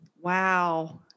Wow